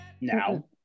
now